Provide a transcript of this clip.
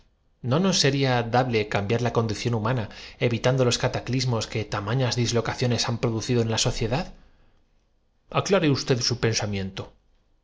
no nos sería dable cambiar la condición humana evitando refutación al argumento de su amigo que él calificó de los cataclismos que tamañas dislocaciones han produ paradójico y cortóla conversación abriendo el pupitre cido en la sociedad aclare usted su pensamiento